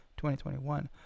2021